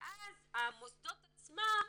ואז המוסדות עצמם,